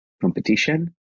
competition